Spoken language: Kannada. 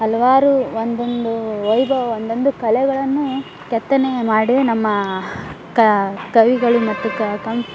ಹಲವಾರು ಒಂದೊಂದು ವೈಭವ ಒಂದೊಂದು ಕಲೆಗಳನ್ನು ಕೆತ್ತನೆ ಮಾಡಿಯೇ ನಮ್ಮ ಕವಿಗಳು ಮತ್ತು ಕಮ್